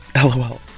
LOL